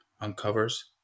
uncovers